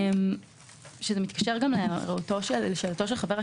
זה מתקשר גם לשאלתו של חבר הכנסת,